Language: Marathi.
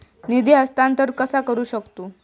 निधी हस्तांतर कसा करू शकतू?